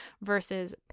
versus